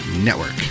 Network